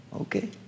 Okay